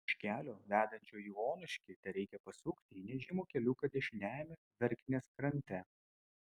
iš kelio vedančio į onuškį tereikia pasukti į nežymų keliuką dešiniajame verknės krante